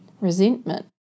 Resentment